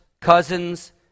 cousins